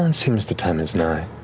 and seems the time is nigh.